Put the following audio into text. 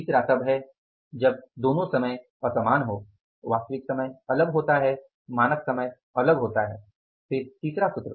तीसरा तब है जब जब दोनों समय असमान हों वास्तविक समय अलग होता है मानक समय अलग होता है फिर तीसरा सूत्र